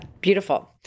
beautiful